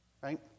right